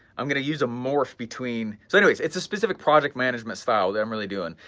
i'm gonna use a morph between, so anyways, it's a specific project management style that i'm really doing,